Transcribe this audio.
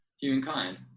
humankind